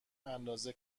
اندازه